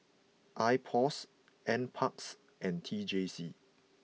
Ipos N Parks and T J C